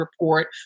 report